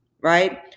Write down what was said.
right